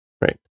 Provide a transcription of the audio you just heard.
Right